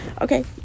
Okay